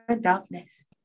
darkness